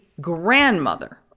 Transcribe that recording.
grandmother